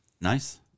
Nice